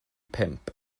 pump